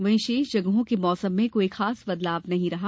वहीं शेष जगहों के मौसम में कोई खास बदलाव नहीं रहा